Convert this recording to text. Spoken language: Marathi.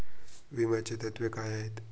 विम्याची तत्वे काय आहेत?